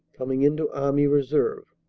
coming into army reserve.